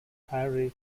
harry